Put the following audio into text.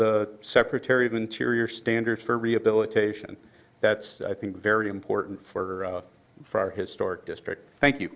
the secretary of interior standards for rehabilitation that's i think very important for for our historic district thank you